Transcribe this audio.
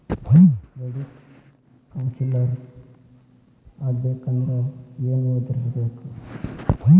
Credit counsellor ಆಗ್ಬೇಕಂದ್ರ ಏನ್ ಓದಿರ್ಬೇಕು?